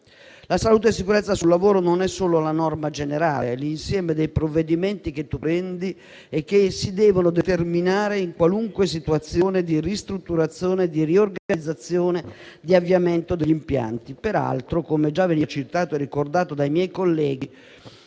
alla salute e alla sicurezza sul lavoro, che non è solo la norma generale, ma è l'insieme dei provvedimenti che si prendono e che si devono determinare in qualunque situazione di ristrutturazione, riorganizzazione e avviamento degli impianti. Peraltro, come già veniva citato e ricordato dai miei colleghi,